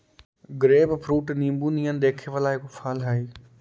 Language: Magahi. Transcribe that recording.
ग्रेपफ्रूट नींबू नियन दिखे वला एगो फल हई